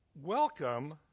welcome